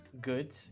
Good